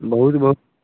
बहुत बहुत